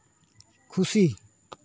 ᱠᱷᱩᱥᱤ